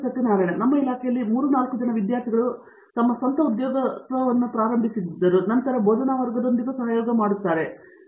Satyanarayana N Gummadi ನಮ್ಮ ಇಲಾಖೆಯಲ್ಲಿ 3 4 ವಿದ್ಯಾರ್ಥಿ ಉದ್ಯೋಗತ್ವವನ್ನು ಪ್ರಾರಂಭಿಸಿ ಬೋಧನಾವರ್ಗದೊಂದಿಗೆ ಸಹಯೋಗ ಮಾಡುತ್ತಾರೆ ಎಂದು ನಾನು ಭಾವಿಸುತ್ತೇನೆ